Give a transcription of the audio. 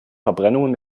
verbrennungen